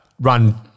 run